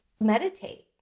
meditate